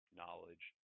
knowledge